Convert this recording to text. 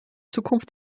zukunft